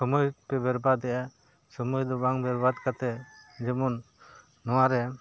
ᱥᱚᱢᱚᱭ ᱯᱮ ᱵᱮᱨᱵᱟᱫᱮᱜᱼᱟ ᱥᱚᱢᱚᱭ ᱫᱚ ᱵᱟᱝ ᱵᱮᱨᱵᱟᱫ ᱠᱟᱛᱮ ᱡᱮᱢᱚᱱ ᱱᱚᱣᱟᱨᱮ